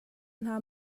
hna